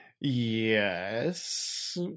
Yes